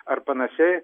ar panašiai